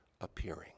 appearing